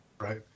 Right